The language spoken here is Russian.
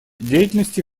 деятельности